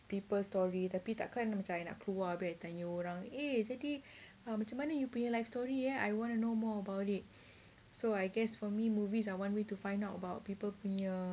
people story tapi takkan macam I nak keluar habis tanya orang eh jadi macam mana you punya life story ya I want to know more about it so I guess for me movies are one way to find out about people punya